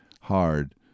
hard